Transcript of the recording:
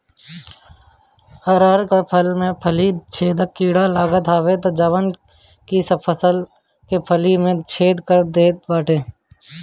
अरहर के फसल में फली छेदक कीड़ा लागत हवे जवन की सब फसल के फली में छेद कर देत बाटे